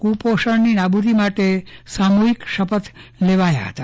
કુપોષણની નબુદી માટે સામુહિક શપથ લેવામાં આવ્યા હતા